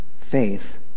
Faith